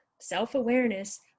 self-awareness